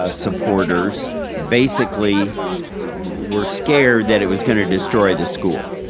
ah supporters basically were scared that it was gonna destroy this school.